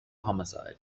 homicide